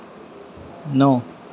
नौ